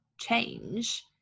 change